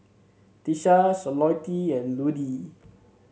Tisha Charlottie and Ludie